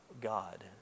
God